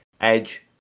Edge